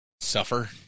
Suffer